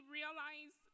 realize